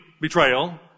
betrayal